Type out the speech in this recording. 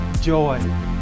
joy